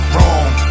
Wrong